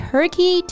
Turkey